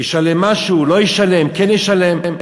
ישלם משהו, לא ישלם, כן ישלם.